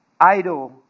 idol